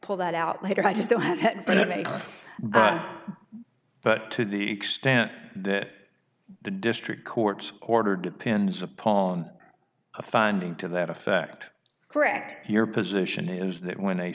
pull that out later i just don't have that but i made but to the extent that the district court's order depends upon a finding to that effect correct your position is that when they